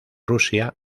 rusia